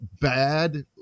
bad